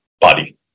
body